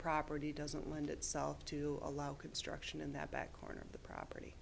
property doesn't lend itself to allow construction in the back corner of the property